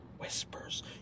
Whispers